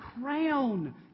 crown